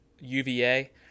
UVA